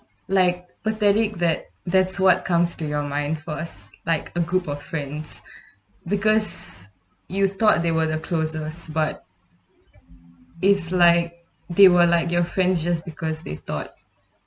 like pathetic that that's what comes to your mind first like a group of friends because you thought they were the closest but it's like they were like your friends just because they thought